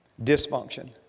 Dysfunction